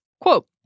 quote